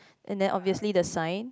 and then obviously the sign